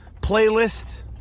playlist